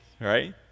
right